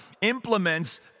implements